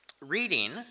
reading